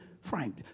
Frank